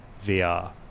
vr